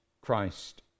Christ